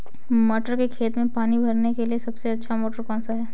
मटर के खेत में पानी भरने के लिए सबसे अच्छा मोटर कौन सा है?